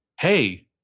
hey